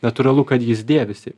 natūralu kad jis dėvisi